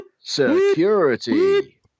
Security